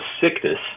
sickness